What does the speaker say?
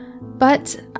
But